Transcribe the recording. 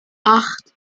acht